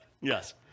yes